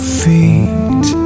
feet